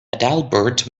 adalbert